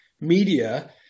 media